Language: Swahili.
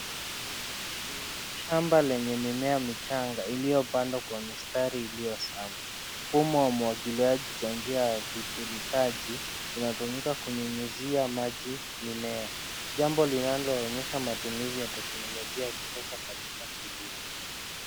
Shamba lenye mimea michanga iliopandwa kwa mistari ilio sawa. Mfumo wa umwagiliaji kwa njia vibulikaji inatumika kunyunyisia maji mimea. Jambo linaloonyesha matumizi ya teknolojia ya kisasa katika kilimo.